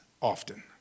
often